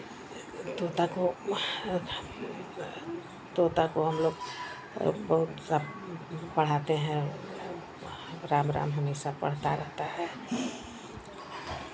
तोता को तोता को हमलोग बहुत सब पढ़ाते हैं राम राम हमेशा पढ़ता रहता है